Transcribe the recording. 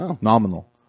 Nominal